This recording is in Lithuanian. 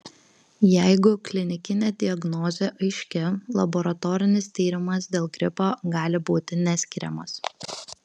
jeigu klinikinė diagnozė aiški laboratorinis tyrimas dėl gripo gali būti neskiriamas